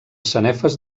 sanefes